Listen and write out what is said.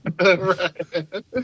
right